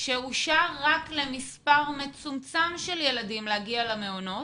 שאושר רק למספר מצומצם של ילדים להגיע למעונות,